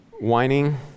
Whining